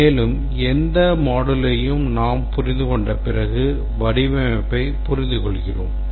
மேலும் எல்லா moduleகளையும் நாம் புரிந்து கொண்ட பிறகு வடிவமைப்பைப் புரிந்துகொள்கிறோம்